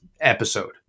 episode